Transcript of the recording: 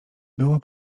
było